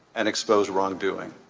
and expose wrongdoing.